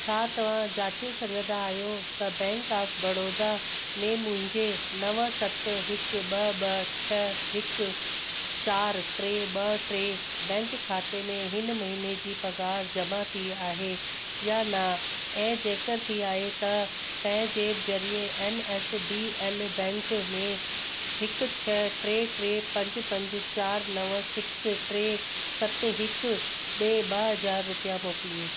छा तव्हां जांचे सघंदा आहियो त बैंक ऑफ बड़ौदा में मुंहिंजे नव सत हिकु ॿ ॿ छह हिकु चारि टे ॿ टे बैंक खाते में हिन महिने जी पघार जमा थी आहे या न ऐं जेकर थी आहे त पंहिंजे ज़रिए N S D N bank में हिकु छह टे टे पंज पंज चारि नव सिक्स टे सत हिकु ॾे ॿ हज़ार रुपिया मोकिलियो